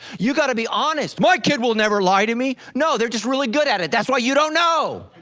you gotta be honest, my kid will never lie to me. no, they're just really good at it, that's why you don't know.